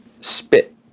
spit